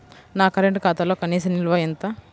నా కరెంట్ ఖాతాలో కనీస నిల్వ ఎంత?